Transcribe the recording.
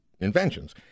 inventions